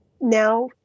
now